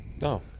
No